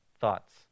thoughts